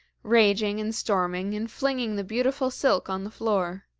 raging and storming and flinging the beautiful silk on the floor.